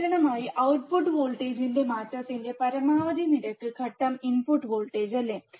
പ്രതികരണമായി ഔട്ട്പുട്ട് വോൾട്ടേജിന്റെ മാറ്റത്തിന്റെ പരമാവധി നിരക്ക് ഘട്ടം ഇൻപുട്ട് വോൾട്ടേജ് അല്ലേ